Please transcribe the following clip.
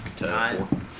Nine